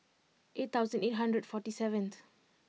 eight thousand eight hundred forty seventh